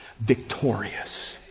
victorious